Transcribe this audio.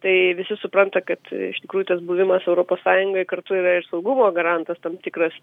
tai visi supranta kad iš tikrųjų tas buvimas europos sąjungoj kartu yra ir saugumo garantas tam tikras